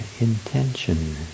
intention